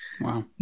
Wow